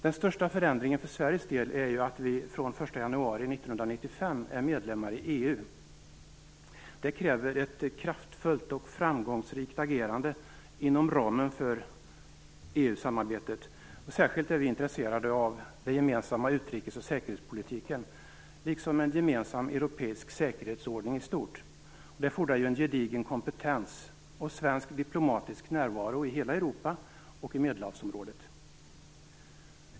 Den största förändringen för Sveriges del är att vi från den 1 januari 1995 är medlemmar i EU. Det kräver ett kraftfullt och framgångsrikt agerande inom ramen för EU-samarbetet. Särskilt är vi intresserade av den gemensamma utrikes och säkerhetspolitiken, liksom en gemensam europeisk säkerhetsordning i stort. Det fordrar en gedigen kompetens och svensk diplomatisk närvaro i hela Europa och i Medelhavsområdet.